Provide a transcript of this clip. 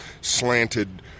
slanted